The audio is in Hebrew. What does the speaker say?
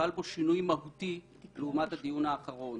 חל בו שינוי מהותי לעומת הדיון האחרון